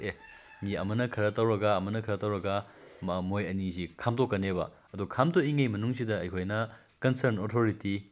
ꯃꯤ ꯑꯃꯅ ꯈꯔ ꯇꯧꯔꯒ ꯑꯃꯅ ꯈꯔ ꯇꯧꯔꯒ ꯃꯣꯏ ꯑꯅꯤꯁꯤ ꯈꯥꯝꯗꯣꯛꯀꯅꯦꯕ ꯑꯗꯣ ꯈꯥꯝꯗꯣꯛꯉꯩ ꯃꯅꯨꯡꯁꯤꯗ ꯑꯩꯈꯣꯏꯅ ꯀꯟꯁꯔꯟ ꯑꯣꯊꯣꯔꯤꯇꯤ